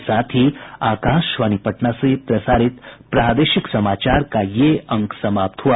इसके साथ ही आकाशवाणी पटना से प्रसारित प्रादेशिक समाचार का ये अंक समाप्त हुआ